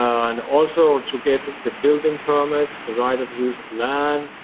um and also to get the building permits, the right of use of land,